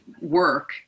work